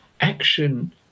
action